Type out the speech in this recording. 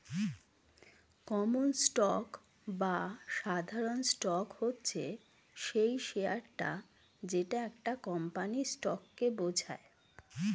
common stock বা সাধারণ stock হচ্ছে সেই শেয়ারটা যেটা একটা কোম্পানির স্টককে বোঝায়